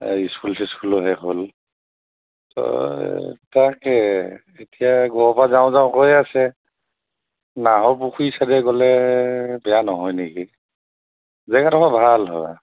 অঁ ইস্কুল চিস্কুল শেষ হ'ল তাকে এতিয়া ঘৰৰ পৰা যাওঁ যাওঁ কৈ আছে নাহৰ পুখুৰী চাইডে গ'লে বেয়া নহয় নেকি জেগাডোখৰ বৰ ভাল হয়